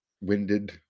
winded